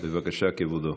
בבקשה, כבודו.